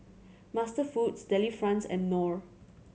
MasterFoods Delifrance and Knorr